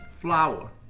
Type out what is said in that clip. flour